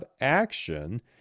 Action